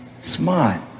smart